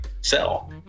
sell